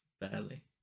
Barely